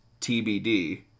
TBD